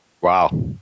Wow